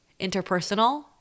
interpersonal